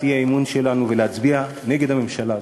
האי-אמון שלנו ולהצביע נגד הממשלה הזאת.